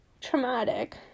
traumatic